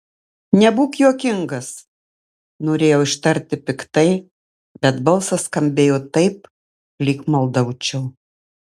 nebūk juokingas norėjau ištarti piktai bet balsas skambėjo taip lyg maldaučiau